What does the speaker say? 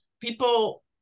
people